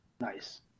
Nice